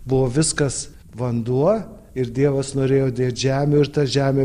buvo viskas vanduo ir dievas norėjo dėt žemių ir ta žemė